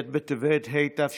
ט' בטבת התשפ"ב